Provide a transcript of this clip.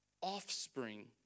offspring